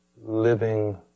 living